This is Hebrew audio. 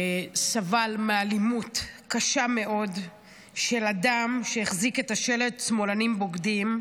סבל מאלימות קשה מאוד של אדם שהחזיק את השלט "שמאלנים בוגדים".